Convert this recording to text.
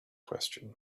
question